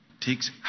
Takes